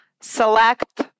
select